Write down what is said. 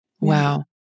Wow